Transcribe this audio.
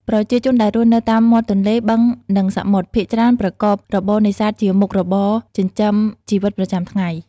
ប្រជាជនដែលរស់នៅតាមមាត់ទន្លេ បឹង និងសមុទ្រ ភាគច្រើនប្រកបរបរនេសាទជាមុខរបរចិញ្ចឹមជីវិតប្រចាំថ្ងៃ។